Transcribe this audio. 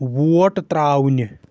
vote ترٛاونہِ